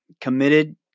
committed